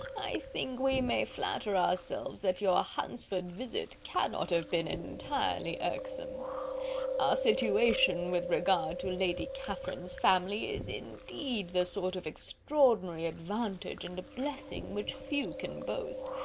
i think we may flatter ourselves that your hunsford visit cannot have been entirely irksome. our situation with regard to lady catherine's family is indeed the sort of extraordinary advantage and blessing which few can boast.